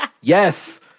yes